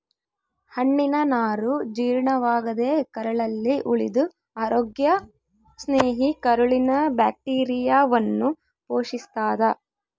ಹಣ್ಣಿನನಾರು ಜೀರ್ಣವಾಗದೇ ಕರಳಲ್ಲಿ ಉಳಿದು ಅರೋಗ್ಯ ಸ್ನೇಹಿ ಕರುಳಿನ ಬ್ಯಾಕ್ಟೀರಿಯಾವನ್ನು ಪೋಶಿಸ್ತಾದ